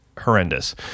horrendous